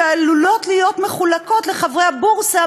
שעלולות להיות מחולקות לחברי הבורסה,